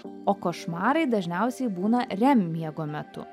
o košmarai dažniausiai būna rem miego metu